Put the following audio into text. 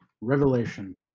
Revelation